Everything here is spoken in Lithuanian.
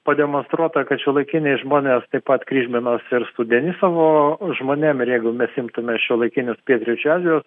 pademonstruota kad šiuolaikiniai žmonės taip pat kryžminosi ir su denisovo žmonėm ir jeigu mes imtume šiuolaikinius pietryčių azijos